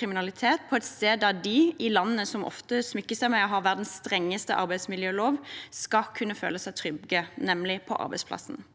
kriminalitet på et sted der de – i landet som ofte smykker seg med å ha verdens strengeste arbeidsmiljølov – skal kunne føle seg trygge, nemlig på arbeidsplassen.